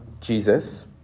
Jesus